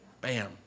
bam